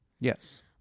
yes